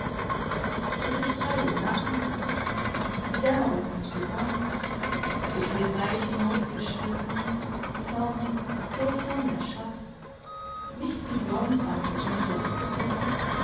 es ist drei uhr nachmittags die dämmerung hat begonnen ich bin weit hinausgeschritten fern so fern der stadt nicht wie sonst am verdüsterten fluss